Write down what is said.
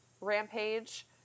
rampage